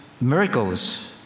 miracles